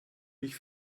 mich